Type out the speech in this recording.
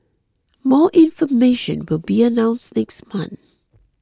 more information will be announced next month